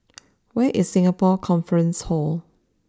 where is Singapore Conference Hall